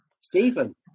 Stephen